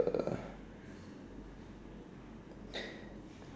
uh